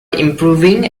improving